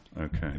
okay